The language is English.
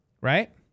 right